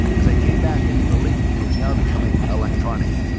as i came back into the league it was now becoming electronic.